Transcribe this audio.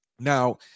Now